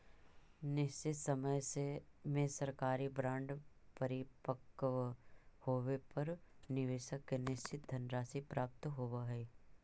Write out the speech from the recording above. निश्चित समय में सरकारी बॉन्ड परिपक्व होवे पर निवेशक के निश्चित धनराशि प्राप्त होवऽ हइ